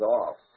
off